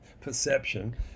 perception